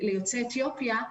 ליוצאי אתיופיה,